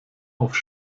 auf